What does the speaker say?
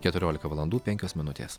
keturiolika valandų penkios minutės